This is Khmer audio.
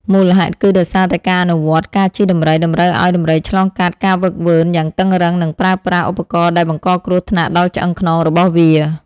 មូលហេតុគឺដោយសារតែការអនុវត្តការជិះដំរីតម្រូវឲ្យដំរីឆ្លងកាត់ ការហ្វឹកហ្វឺនយ៉ាងតឹងរ៉ឹង និងប្រើប្រាស់ ឧបករណ៍ដែលបង្កគ្រោះថ្នាក់ដល់ឆ្អឹងខ្នងរបស់វា។